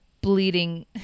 bleeding